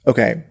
Okay